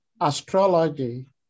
astrology